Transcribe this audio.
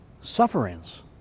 sufferings